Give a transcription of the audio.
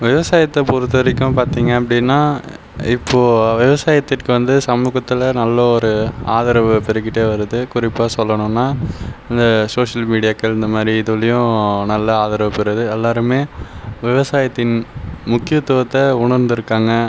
விவசாயத்தை பொறுத்த வரைக்கும் பார்த்தீங்க அப்படின்னா இப்போ விவசாயத்திற்கு வந்து சமுகத்தில் நல்லவொரு ஆதரவு பெருகிட்டே வருது குறிப்பாக சொல்லனும்னா இந்த சோஷியல் மீடியாக்கள் இந்தமாதிரி இதுவொல்லையும் நல்ல ஆதரவு பெறுது எல்லாருமே விவசாயத்தின் முக்கியத்துவத்தை உணந்துருக்காங்கள்